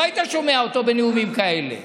לא היית שומע אותו בנאומים כאלה.